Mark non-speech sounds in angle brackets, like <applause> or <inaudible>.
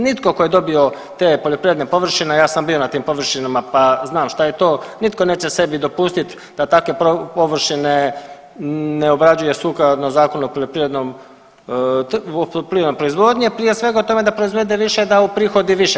Nitko tko je dobio te poljoprivredne površine, ja sam bio na tim površinama pa znam šta je to, nitko neće sebi dopustit da takve površine ne obrađuje sukladno Zakonu o poljoprivrednom … <unintelligible> proizvodnje, prije svega o tome da proizvede više da uprihodi više.